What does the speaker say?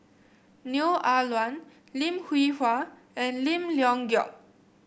Neo Ah Luan Lim Hwee Hua and Lim Leong Geok